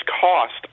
cost